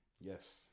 Yes